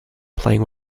playing